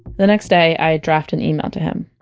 the next day i draft an email to him